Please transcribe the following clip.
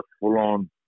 full-on